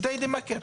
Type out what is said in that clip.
ג'דיידה מקר.